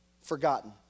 forgotten